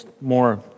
more